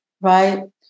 right